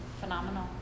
phenomenal